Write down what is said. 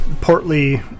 portly